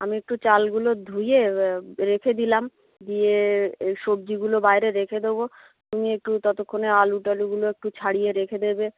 আমি একটু চালগুলো ধুয়ে রেখে দিলাম দিয়ে সবজিগুলো বাইরে রেখে দেবো তুমি একটু ততক্ষণে আলু টালুগুলো একটু ছাড়িয়ে রেখে দেবে